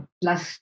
plus